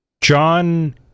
John